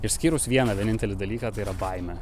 išskyrus vieną vienintelį dalyką tai yra baimę